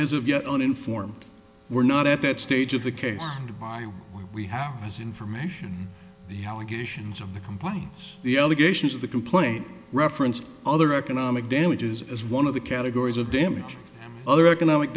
as of yet uninformed we're not at that stage of the case and by we have this information the allegations of the complaints the allegations of the complaint referenced other economic damages as one of the categories of damage other economic